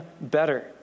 better